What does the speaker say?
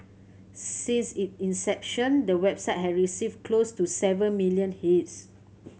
since it inception the website has received close to seven million hits